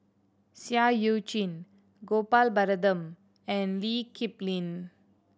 Seah Eu Chin Gopal Baratham and Lee Kip Lin